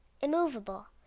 immovable